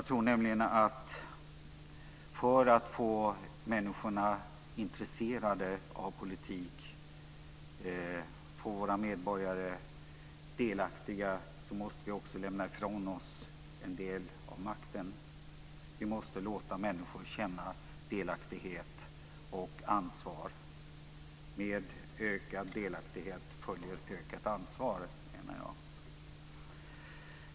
För att få människorna intresserade av politik och våra medborgare delaktiga måste vi också lämna ifrån oss en del av makten. Vi måste låta människor känna delaktighet och ansvar. Jag menar att med ökad delaktighet följer ökat ansvar.